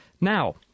Now